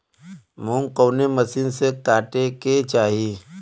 मूंग कवने मसीन से कांटेके चाही?